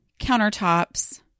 countertops